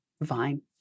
vine